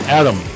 Adam